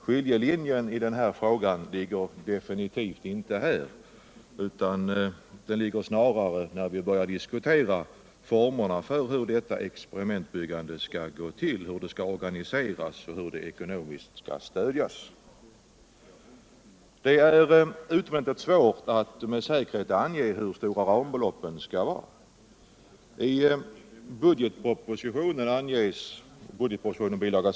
Skiljelinien i denna fråga ligger definitivt inte där, utan den framträder snarare när vi börjar diskutera former för hur detta experimentbyggande skall gå ull, hur det skall organiseras och hur det ekonomiskt skall stödjas. Det är utomordentligt svårt att med säkerhet ange hur stora rambeloppen skall vara. I budgetpropositionen, bil.